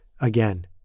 again